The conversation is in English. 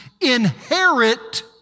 inherit